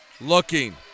looking